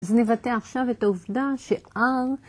אז נבטא עכשיו את העובדה ש-R